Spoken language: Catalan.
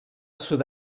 sud